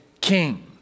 king